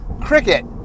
Cricket